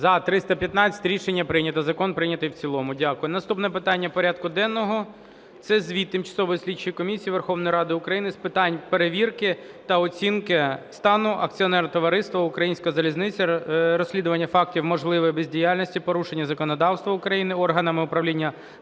За-315 Рішення прийнято. Закон прийнятий в цілому. Дякую. Наступне питання порядку денного – це Звіт Тимчасової слідчої комісії Верховної Ради України з питань перевірки та оцінки стану акціонерного товариства "Українська залізниця", розслідування фактів можливої бездіяльності, порушення законодавства України органами управління